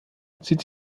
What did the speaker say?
zieht